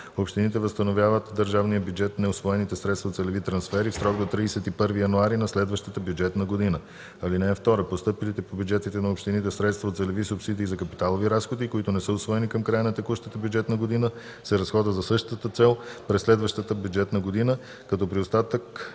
Общините възстановяват в държавния бюджет неусвоените средства от целеви трансфери в срок до 31 януари на следващата бюджетна година. (2) Постъпилите по бюджетите на общините средства от целеви субсидии за капиталови разходи, които не са усвоени към края на текущата бюджетна година, се разходват за същата цел през следващата бюджетна година, като при остатък